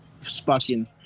sparking